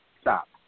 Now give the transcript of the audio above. stop